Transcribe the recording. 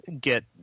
get –